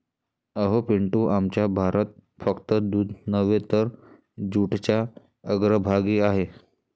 अहो पिंटू, आमचा भारत फक्त दूध नव्हे तर जूटच्या अग्रभागी आहे